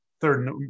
third